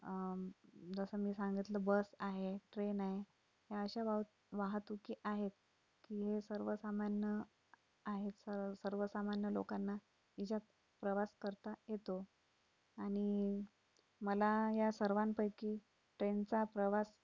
जसं मी सांगितलं की बस आहे ट्रेन आहे ह्या अशा वाहतुकी आहेत की सर्वसामान्य आहेत सर्वसामान्य लोकांना हिच्यात प्रवास करता येतो आणि मला या सर्वांपैकी ट्रेनचा प्रवास